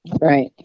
Right